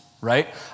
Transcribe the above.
right